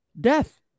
death